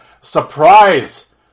surprise